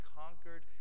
conquered